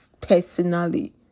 personally